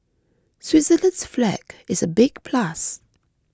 Switzerland's flag is a big plus